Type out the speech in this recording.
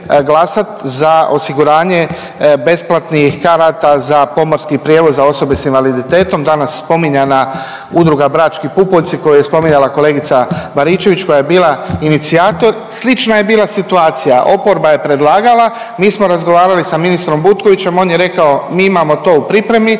za osiguranje besplatnih karata, za pomorski prijevoz za osobe sa invaliditetom. Danas spominjana Udruga brački pupoljci koju je spominjala kolegica Baričević koja je bila inicijator. Slična je bila situacija oporba je predlagala, mi smo razgovarali sa ministrom Butkovićem. On je rekao mi imamo to u pripremi.